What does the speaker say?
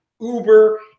uber